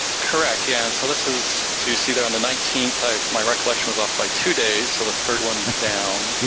correct, yeah, and so this is, so you see there on the nineteenth, ah my recollection was off by two days, so the third one down. yeah,